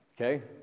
Okay